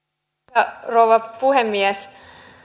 arvoisa rouva puhemies